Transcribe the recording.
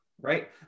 right